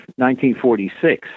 1946